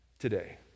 today